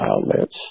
outlets